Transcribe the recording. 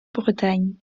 bretagne